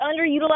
underutilized